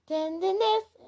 Tenderness